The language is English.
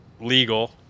legal